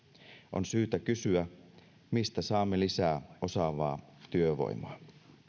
on syytä kysyä mistä saamme lisää osaavaa työvoimaa